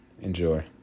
Enjoy